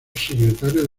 secretario